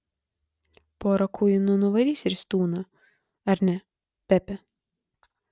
pora kuinų nuvarys ristūną ar ne pepe